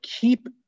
keep